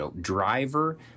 driver